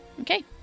Okay